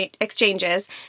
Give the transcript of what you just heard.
exchanges